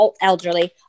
elderly